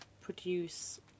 produce